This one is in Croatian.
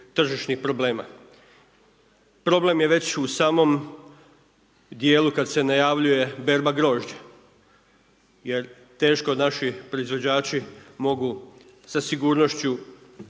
tržišnih problema. Problem je već u samom dijelu kad se najavljuje berba grožđa jer teško naši proizvođači mogu sa sigurnošću